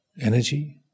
energy